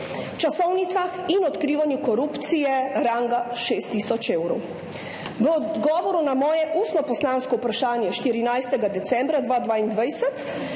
časovnicah in odkrivanju korupcije ranga 6 tisoč evrov. V odgovoru na moje ustno poslansko vprašanje, 14. decembra 2022,